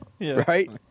Right